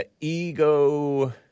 ego